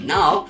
Now